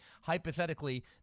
hypothetically